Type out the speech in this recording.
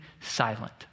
silent